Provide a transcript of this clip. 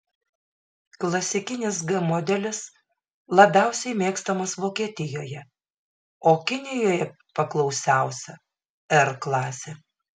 klasikinis g modelis labiausiai mėgstamas vokietijoje o kinijoje paklausiausia r klasė